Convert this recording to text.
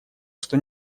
что